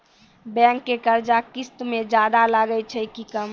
Bank के कर्जा किस्त मे ज्यादा लागै छै कि कम?